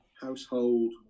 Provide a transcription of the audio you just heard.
household